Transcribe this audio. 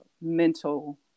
mental